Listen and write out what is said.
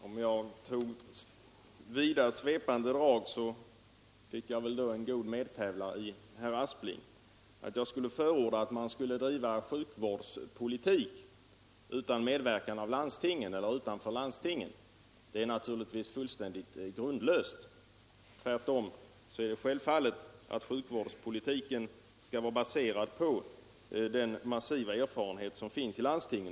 Herr talman! Om jag tog vida, svepande drag, fick jag en god medtävlare i herr Aspling. Det är naturligtvis fullständigt grundlöst att vi skulle förorda att man skulle driva sjukvårdspolitik utanför landstingen. Tvärtom är det självfallet att sjukvårdspolitiken skall vara baserad på den massiva erfarenhet som finns i landstingen.